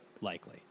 Likely